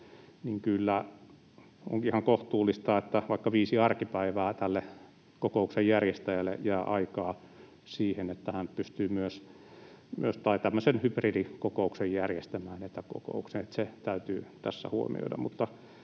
on ihan kohtuullista, että vaikka viisi arkipäivää tälle kokouksen järjestäjälle jää aikaa siihen, että hän pystyy myös tämmöisen hybridikokouksen, etäkokouksen, järjestämään. Se täytyy tässä huomioida.